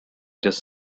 just